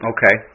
Okay